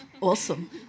awesome